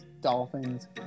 Dolphins